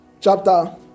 chapter